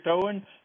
Towing